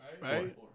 right